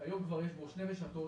שום מרחב